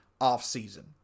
offseason